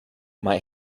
might